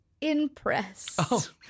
impressed